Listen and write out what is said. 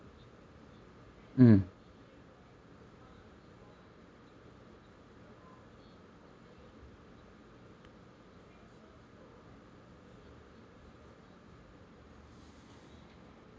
mm